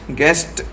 guest